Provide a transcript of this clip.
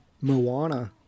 Moana